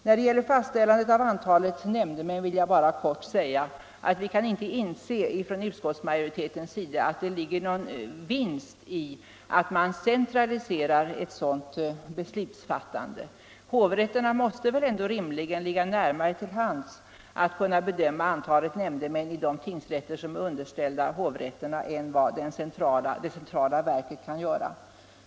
När det gäller fastställande av antalet nämndemän vill jag bara helt kort säga att vi som utgör utskottets majoritet inte kan inse att det ligger någon vinst i att centralisera ett sådant beslutsfattande. Hovrätterna måste väl ändå rimligen ligga närmare till hands att kunna bedöma det antal nämndemän som fordras i de tingsrätter som är underställda hovrätterna än vad det centrala verket kan göra.